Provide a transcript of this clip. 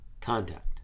contact